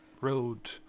road